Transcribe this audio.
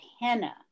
henna